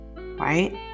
right